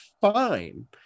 fine